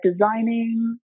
designing